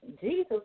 Jesus